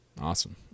Awesome